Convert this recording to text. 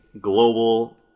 global